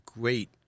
great